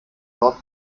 dort